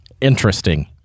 interesting